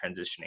transitioning